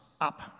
up